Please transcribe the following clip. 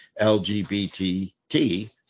LGBT